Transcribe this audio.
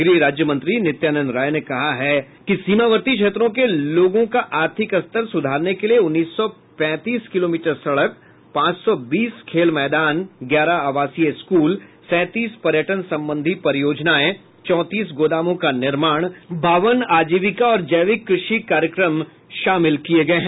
गृह राज्यमंत्री नित्यानंद राय ने कहा है कि सीमावर्ती क्षेत्रों के लोगों के आर्थिक स्तर सुधारने के लिए उन्नीस सौ पैंतीस किलोमीटर सड़क पांच सौ बीस खेल मैदान ग्यारह आवासीय स्कूल सैंतीस पर्यटन संबंधी परियोजनाएं चैंतीस गोदामों का निर्माण बावन आजीविका और जैविक कृषि कार्यक्रम शामिल किये गये हैं